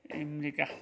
America